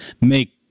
make